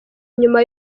nyuma